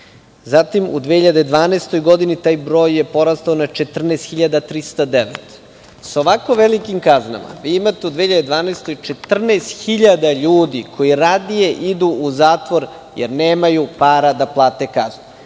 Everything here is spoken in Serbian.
Zatim, u 2012. godini taj broj je porastao na 14.309. Sa ovako velikim kaznama vi imate u 2012. godini 14.000 ljudi koji radije idu u zatvor jer nemaju para da plate kaznu.